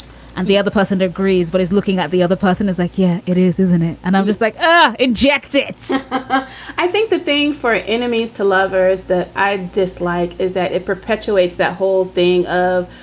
and the other person agrees but is looking at the other person is like, yeah, it is, isn't it. and i'm just like, oh, inject it i think the thing for enemies to lovers that i dislike is that it perpetuates that whole thing of,